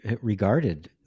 regarded